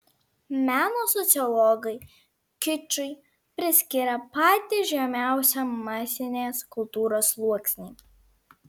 meno sociologai kičui priskiria patį žemiausią masinės kultūros sluoksnį